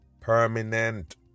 permanent